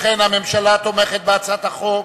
ובכן, הממשלה תומכת בהצעת החוק,